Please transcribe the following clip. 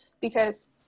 Because-